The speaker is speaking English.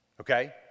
okay